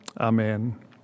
Amen